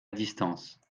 distance